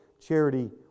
charity